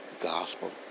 gospel